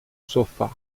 sofá